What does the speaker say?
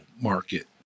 market